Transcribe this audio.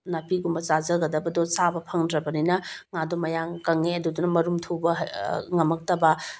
ꯅꯥꯄꯤꯒꯨꯝꯕ ꯆꯥꯖꯒꯗꯕꯗꯣ ꯆꯥꯕ ꯐꯪꯗ꯭ꯔꯕꯅꯤꯅ ꯉꯥꯗꯣ ꯃꯌꯥꯡ ꯀꯪꯉꯦ ꯑꯗꯨꯗꯨꯅ ꯃꯔꯨꯝ ꯊꯨꯕ ꯉꯝꯃꯛꯇꯕ